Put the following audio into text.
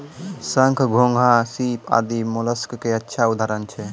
शंख, घोंघा, सीप आदि मोलस्क के अच्छा उदाहरण छै